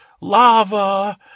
lava